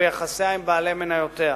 וביחסיה עם בעלי מניותיה.